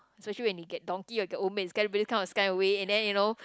especially when you get Donkey or get Old-Maid get everybody kind of scared away and then you know